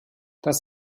das